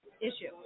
issue